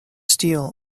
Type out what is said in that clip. steel